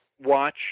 watch